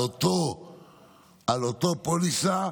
על אותה פוליסה,